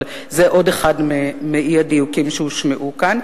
אבל זה עוד אחד מהאי-דיוקים שהושמעו כאן.